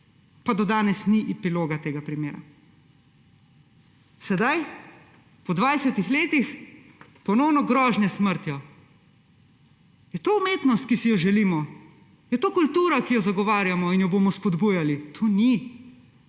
pa do danes ni epiloga tega primera. Zdaj, po 20 letih ponovno grožnje s smrtjo. Je to umetnost, ki si jo želimo? Je to kultura, ki jo zagovarjamo in jo bomo spodbujali? To ni,